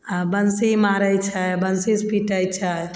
आओर बंसी मारय छै बंसीसँ पीटय छै